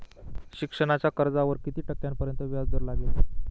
शिक्षणाच्या कर्जावर किती टक्क्यांपर्यंत व्याजदर लागेल?